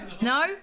No